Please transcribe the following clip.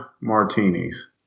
martinis